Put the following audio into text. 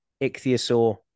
ichthyosaur